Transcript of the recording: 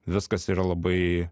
viskas yra labai